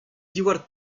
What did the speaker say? diwar